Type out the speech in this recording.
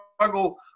struggle